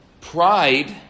Pride